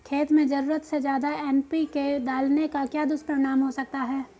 खेत में ज़रूरत से ज्यादा एन.पी.के डालने का क्या दुष्परिणाम हो सकता है?